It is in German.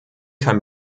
kein